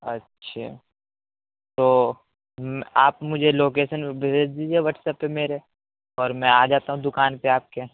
اچھا تو آپ مجھے لوکیسن بھیج دیجیے واٹس اپ پہ میرے اور میں آ جاتا ہوں دکان پہ آپ کے